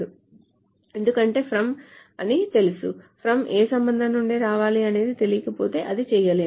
ఎందుకంటే FROM అని తెలుసు FROM ఏ సంబంధం నుండి రావాలి అనేది తెలియకపోతే అది చేయలేము